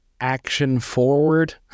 action-forward